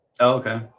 okay